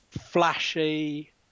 Flashy